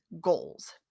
goals